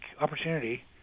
opportunity